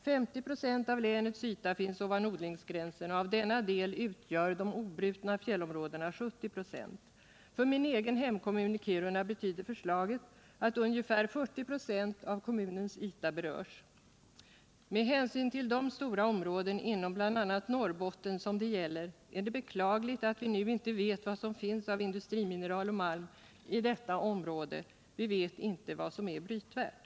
50 926 av länets yta finns ovan odlingsgränsen, och av denna del utgör de obrutna fjällområdena 70 26. För min egen hemkommun Kiruna betyder förslaget att ungefär 40 926 av kommunens yta berörs. Med hänsyn till de stora områden inom bl.a. Norrbotten som det gäller Den fysiska är det beklagligt att vi inte nu vet vad som finns av industrimineral = riksplaneringen för och malm i detta område. Vi vet inte vad som är brytvärt.